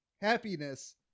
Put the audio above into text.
Happiness